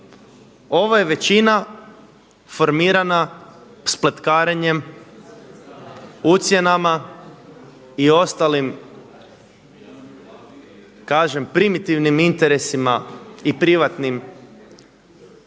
ovo je većina formirana spletkarenjem, ucjenama i ostalim kažem primitivnim interesima i privatnim pojedinaca.